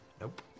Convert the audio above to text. Nope